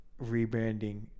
rebranding